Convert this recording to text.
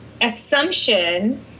assumption